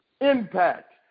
impact